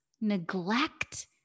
neglect